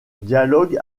dialogue